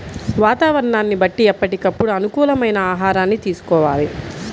వాతావరణాన్ని బట్టి ఎప్పటికప్పుడు అనుకూలమైన ఆహారాన్ని తీసుకోవాలి